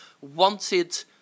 Wanted